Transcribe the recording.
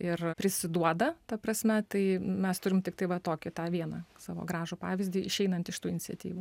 ir prisiduoda ta prasme tai mes turim tiktai va tokį tą vieną savo gražų pavyzdį išeinant iš tų iniciatyvų